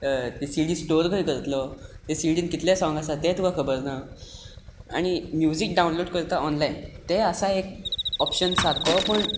ती CD store खंय करतलो ते सिडीन कितली सोंग आसा तें तुका खबर ना आनी म्युजीक डावनलोड करता ऑनलायन तें आसा एक ऑप्शन सारको पूण